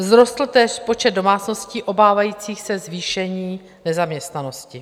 Vzrostl též počet domácností obávajících se zvýšení nezaměstnanosti.